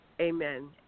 Amen